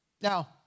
Now